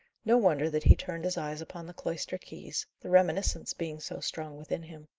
no wonder that he turned his eyes upon the cloister keys, the reminiscence being so strong within him.